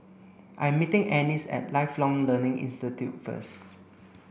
I'm meeting Annis at Lifelong Learning Institute first